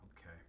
Okay